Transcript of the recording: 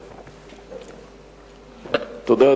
תודה,